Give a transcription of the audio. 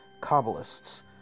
Kabbalists